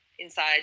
inside